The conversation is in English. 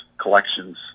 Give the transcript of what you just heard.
collections